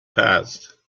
passed